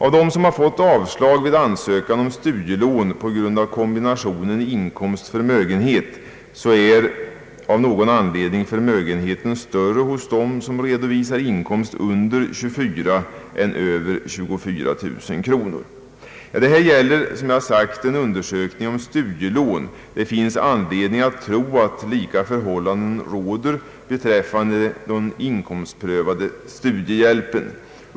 Av dem som fått avslag vid ansökan om studielån på grund av kombinationen inkomst/förmögenhet är av någon anledning förmögenheten större hos dem som redovisar inkomst under än över 24 000 kronor. Det gäller, som jag sagt, en undersökning av studielån. Det finns anledning att tro att likartade förhållanden råder beträffande den inkomstprövade studiehjälpen.